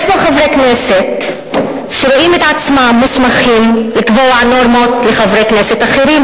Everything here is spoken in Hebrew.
יש פה חברי כנסת שרואים את עצמם מוסמכים לקבוע נורמות לחברי כנסת אחרים.